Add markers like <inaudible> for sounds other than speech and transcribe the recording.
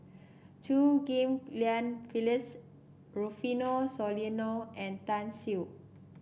Chew Ghim Lian Phyllis Rufino Soliano and Tan <unintelligible>